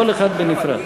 כל אחד בנפרד.